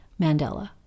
Mandela